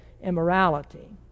immorality